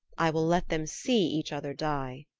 i will let them see each other die.